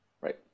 right